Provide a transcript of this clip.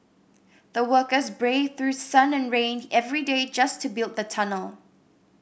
the workers braved through sun and rain every day just to build the tunnel